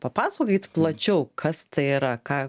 papasakokit plačiau kas tai yra ką